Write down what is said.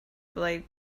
blade